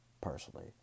personally